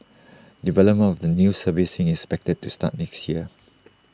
development of the new surfacing is expected to start next year